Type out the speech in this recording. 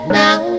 now